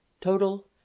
Total